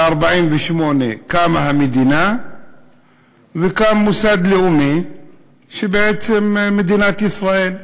ב-1948 קמה המדינה וקם מוסד לאומי שבעצם הוא מדינת ישראל.